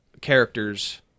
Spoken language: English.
characters